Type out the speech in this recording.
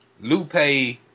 Lupe